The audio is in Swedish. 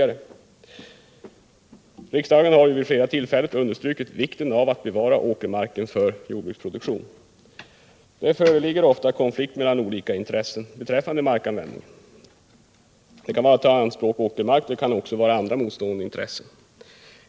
Riksdagen har ju vid flera tillfällen understrukit vikten av att bevara åkermarken för jordbruksproduktion. Det föreligger ofta konflikt mellan olika intressen beträffande markanvändningen. Det kan vara fråga om att ta i anspråk åkermark, och det kan vara fråga om andra motstående intressen.